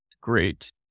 great